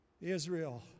Israel